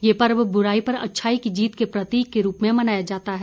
ये पर्व ब्राई पर अच्छाई की जीत के प्रतीक के रूप में मनाया जाता है